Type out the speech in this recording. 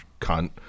cunt